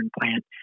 plant